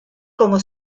como